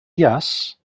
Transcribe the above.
yes